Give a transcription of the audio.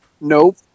Nope